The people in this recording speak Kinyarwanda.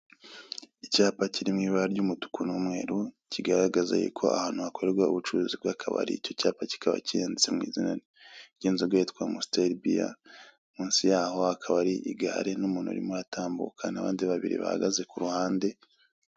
Icyapa kiri mu ibara ry'umutuku n'umweru, kigaragaza yuko ahantu hakorerwa ubucuruzi bw'akabari, icyo cyapa kikaba cyanditse mu izina ry'inzoga yitwa amusiteri biya, munsi yaho hakaba hari igare n'umuntu urimo uratambuka n'abandi babiri bahagaze ku ruhande.